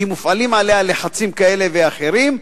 כי מופעלים עליה לחצים כאלה ואחרים,